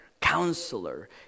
counselor